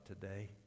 today